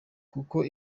kuko